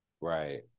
right